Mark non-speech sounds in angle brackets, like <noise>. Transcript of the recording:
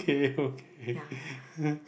okay okay <noise>